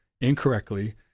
incorrectly